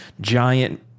giant